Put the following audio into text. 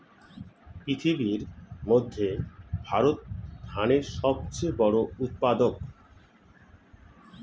পৃথিবীর মধ্যে ভারত ধানের সবচেয়ে বড় উৎপাদক